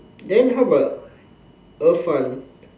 then how about Irfan